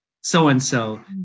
so-and-so